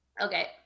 Okay